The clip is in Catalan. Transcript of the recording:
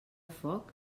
foc